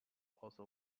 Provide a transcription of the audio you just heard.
also